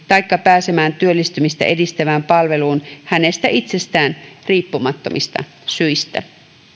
taikka pääsemään työllistymistä edistävään palveluun hänestä itsestään riippumattomista syistä